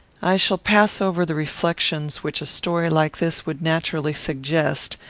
i shall pass over the reflections which a story like this would naturally suggest,